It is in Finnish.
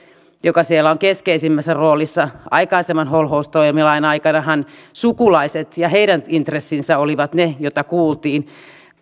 joka siellä on keskeisimmässä roolissa aikaisemman holhoustoimilain aikanahan sukulaiset ja heidän intressinsä olivat ne joita kuultiin